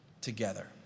together